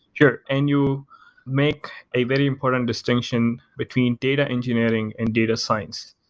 sure. and you make a very important distinction between data engineering and data science.